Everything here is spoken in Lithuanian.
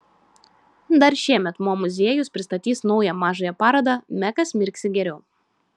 dar šiemet mo muziejus pristatys naują mažąją parodą mekas mirksi geriau